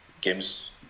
games